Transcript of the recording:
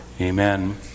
Amen